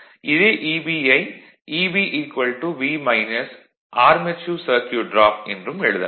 இதே Eb யை Eb V armature circuit drop என்றும் எழுதலாம்